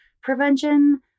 prevention